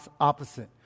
opposite